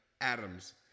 Adams